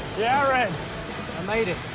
yeah jarrett. i made it.